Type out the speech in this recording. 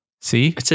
See